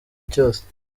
cyose